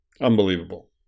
Unbelievable